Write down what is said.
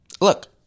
Look